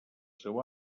seu